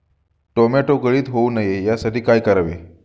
Tomato गळती होऊ नये यासाठी काय करावे?